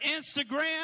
Instagram